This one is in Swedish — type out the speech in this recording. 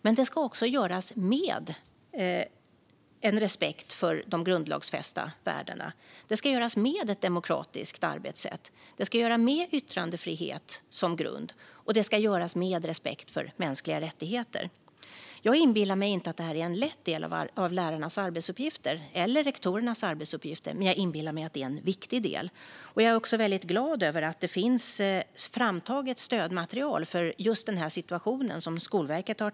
Men det ska också göras med en respekt för de grundlagsfästa värdena, med ett demokratiskt arbetssätt, med yttrandefrihet som grund och med respekt för mänskliga rättigheter. Jag inbillar mig inte att detta är en lätt del av lärarnas eller rektorernas arbetsuppgifter, men jag inbillar mig att det är en viktig del. Jag är också väldigt glad över att Skolverket har tagit fram stödmaterial för just denna situation.